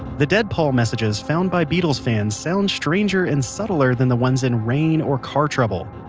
the dead paul messages found by beatles fans sound stranger and subtler than the ones in rain or car trouble.